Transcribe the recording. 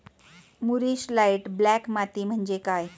मूरिश light black माती म्हणजे काय?